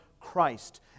Christ